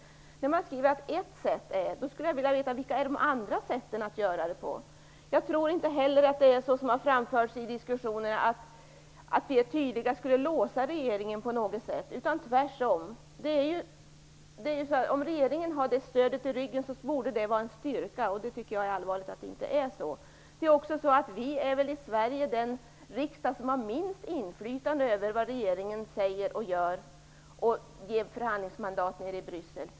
Man skriver att detta är ett sätt, och då skulle jag vilja veta vilka de andra sätten är. Jag tror heller inte att vi skulle låsa regeringen på något sätt om vi är tydliga, vilket har framförts i diskussionen. Tvärtom borde det vara en styrka om regeringen har det stödet i ryggen. Jag tycker att det är allvarligt att det inte är så. Vår svenska riksdag är nog den riksdag som har minst inflytande över vad regeringen säger och gör och i fråga om att ge förhandlingsmandat nere i Bryssel.